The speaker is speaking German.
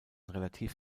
relativ